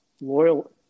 loyal